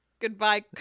Goodbye